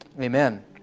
Amen